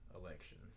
election